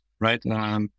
right